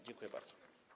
Dziękuję bardzo.